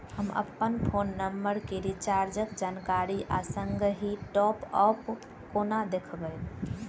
हम अप्पन phone number केँ रिचार्जक जानकारी आ संगहि टॉप अप कोना देखबै?